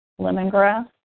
lemongrass